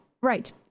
Right